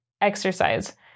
exercise